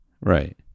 right